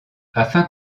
afin